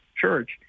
church